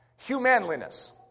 Humanliness